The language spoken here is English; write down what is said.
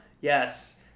Yes